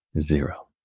zero